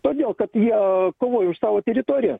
todėl kad jie kovoja už tavo teritorijoją